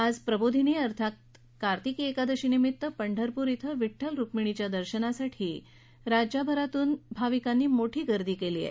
आज प्रबोधिनी अर्थात कार्तिकी एकादशीनिमित्त पंढरपूर इथं विद्वल रुक्मिणीच्या दर्शनासाठी राज्यभरातून भाविकांनी मोठी गर्दी केली आहे